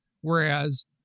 whereas